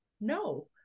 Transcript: no